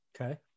Okay